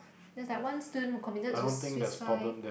there's like one student who committed sui~ suicide